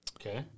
Okay